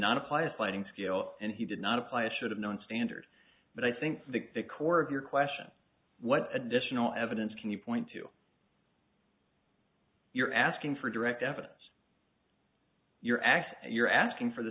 not apply a sliding scale and he did not apply a should've known standard but i think the core of your question what additional evidence can you point to you're asking for direct evidence you're actually you're asking for the